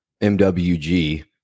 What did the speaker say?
MWG